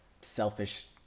selfish